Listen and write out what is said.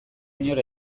inor